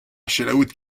selaouit